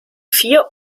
vier